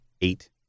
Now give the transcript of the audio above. Eight